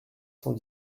cent